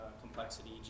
Complexity